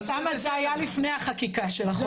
אוסמה, זה היה לפני החקיקה של החוק.